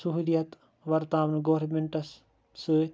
سہولِیَت وَرتاونہٕ گورمیٚنٹَس سۭتۍ